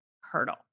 hurdle